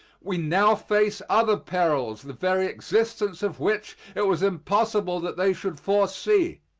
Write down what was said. we now face other perils the very existence of which it was impossible that they should foresee.